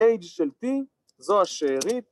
‫אג' של פי, זו השארית.